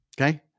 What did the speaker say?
Okay